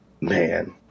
man